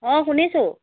অঁ শুনিছোঁ